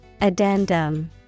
Addendum